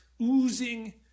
oozing